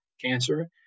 cancer